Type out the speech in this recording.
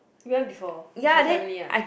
you went before with your family ah